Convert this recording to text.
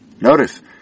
Notice